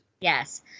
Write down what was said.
Yes